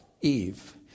Eve